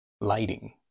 lighting